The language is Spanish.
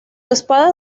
espada